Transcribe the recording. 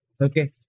okay